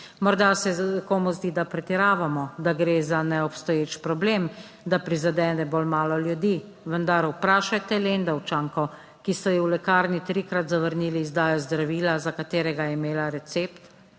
Morda se komu zdi, da pretiravamo, da gre za neobstoječ problem, da prizadene bolj malo ljudi, vendar vprašajte Lendavčanko, ki so ji v lekarni trikrat zavrnili izdajo zdravila, za katerega je imela recept,